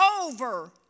over